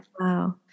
Wow